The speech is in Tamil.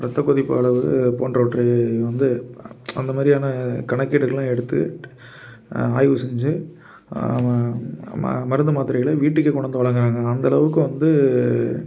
ரத்த கொதிப்பு அளவு போன்றவற்றை வந்து அந்த மாரிதியான கணக்கீடுகள்லாம் எடுத்து ஆய்வு செஞ்சு மருந்து மாத்திரைகளை வீட்டுக்கே கொண்டு வந்து வழங்குறாங்க அந்த அளவுக்கு வந்து